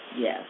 Yes